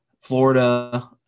Florida